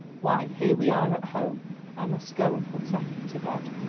why here we are at home i must go and put effie to bed.